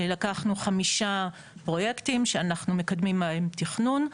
לקחנו חמישה פרויקטים שאנחנו מדברים עליהם תכנון.